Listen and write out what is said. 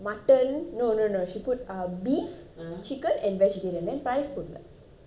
mutton no no no she put ah beef chicken and vegetarian then price போடலை:podalai